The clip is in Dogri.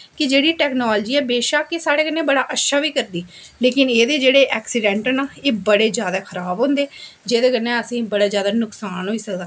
कि जेह्ड़ी टैकनॉलजी ऐ एह् बेशक्क एह् साढ़ै कन्नै बड़ा अच्छा बी करदी लेकिन एह्दे जेह्ड़े ऐक्सिडैंट न ना एह् बड़े जादा खराब होंदे जेह्दे कन्नै असेंगी बड़ा जादा नकसान होई सकदा